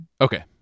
Okay